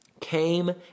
came